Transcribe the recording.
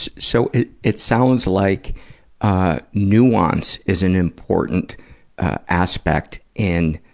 so it it sounds like ah nuance is an important aspect in